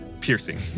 Piercing